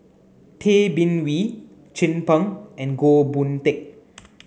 Tay Bin Wee Chin Peng and Goh Boon Teck